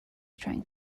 trying